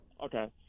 Okay